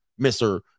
Mr